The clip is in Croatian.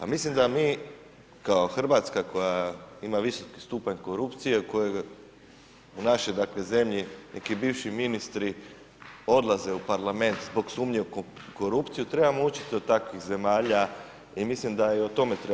A mislim da mi kao Hrvatska koja ima visoki stupanj korupcije koji u našoj dakle zemlji neki bivši ministri odlaze u Parlament zbog sumnje u korupciju trebamo učiti od takvih zemalja i mislim da i o tome trebamo razgovarati.